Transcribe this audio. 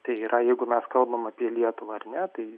tai yra jeigu mes kalbam apie lietuvą ar ne tai